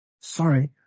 Sorry